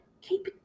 Keep